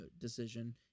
decision